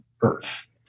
Earth